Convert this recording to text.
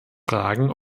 fragen